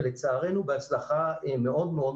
ולצערנו בהצלחה מאוד-מאוד